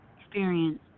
experience